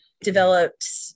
developed